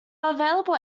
available